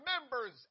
members